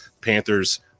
Panthers